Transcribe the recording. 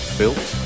built